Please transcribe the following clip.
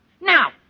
Now